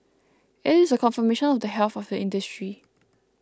it is a confirmation of the health of the industry